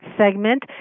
segment